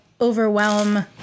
overwhelm